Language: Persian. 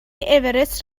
اورست